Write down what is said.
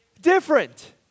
different